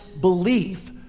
belief